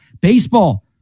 baseball